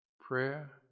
prayer